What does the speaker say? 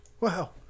Wow